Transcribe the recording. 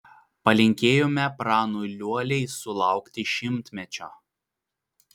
palinkėjome pranui liuoliai sulaukti šimtmečio